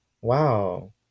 Wow